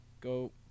go